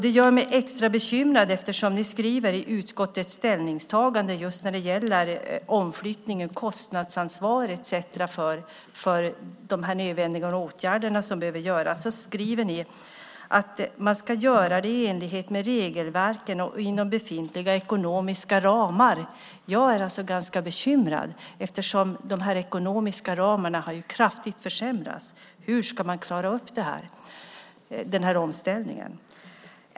Det gör mig extra bekymrad eftersom ni i utskottets ställningstagande när det gäller omflyttningen och kostnadsansvaret för de nödvändiga åtgärderna skriver att man ska göra det i enlighet med regelverken och inom befintliga ekonomiska ramar. Jag är alltså ganska bekymrad eftersom de ekonomiska ramarna kraftigt har försämrats. Hur ska man klara upp den här omställningen?